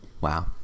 Wow